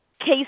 case